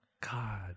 God